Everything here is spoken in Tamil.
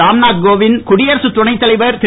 ராம்நாத் கோவிந்த்இ குடியரசுத் துணைத் தலைவர் திரு